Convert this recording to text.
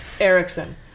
Erickson